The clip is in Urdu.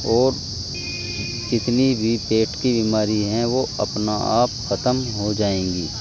اور جتنی بھی پیٹ کی بیماری ہیں وہ اپنا آپ ختم ہو جائیں گی